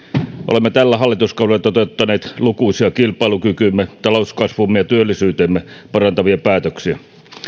olemme tällä hallituskaudella toteuttaneet lukuisia kilpailukykyämme talouskasvuamme ja työllisyyttämme parantavia päätöksiä